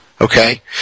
Okay